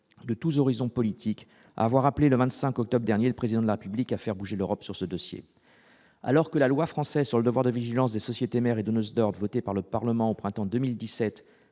de tous horizons politiques avoir appelé le 25 octobre dernier le président de la République à faire bouger l'Europe sur ce dossier alors que la loi française sur le devoir de vigilance des sociétés mères et de noces d'or, votée par le Parlement au printemps 2017,